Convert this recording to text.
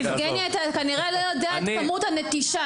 יבגני, אתה כנראה לא יודע את כמות הנטישה.